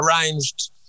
arranged